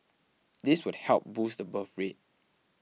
this would help boost the birth rate